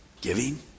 Giving